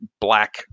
black